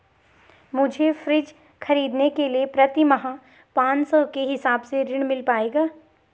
मुझे फ्रीज खरीदने के लिए प्रति माह पाँच सौ के हिसाब से ऋण मिल पाएगा?